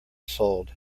sold